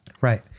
Right